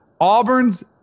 Auburn's